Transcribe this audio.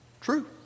True